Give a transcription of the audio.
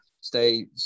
stay